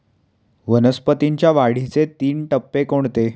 वनस्पतींच्या वाढीचे तीन टप्पे कोणते?